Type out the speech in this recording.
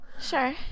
Sure